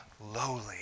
lowly